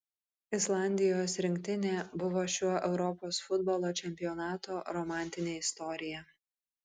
islandijos rinktinė buvo šio europos futbolo čempionato romantinė istorija